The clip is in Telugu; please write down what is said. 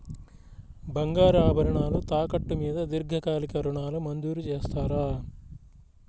బంగారు ఆభరణాలు తాకట్టు మీద దీర్ఘకాలిక ఋణాలు మంజూరు చేస్తారా?